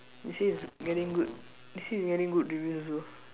they say it's getting good they say it's getting good reviews also